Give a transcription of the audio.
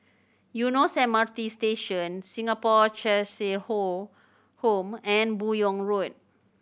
Eunos M R T Station Singapore Cheshire Home and Buyong Road